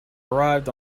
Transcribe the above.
arrived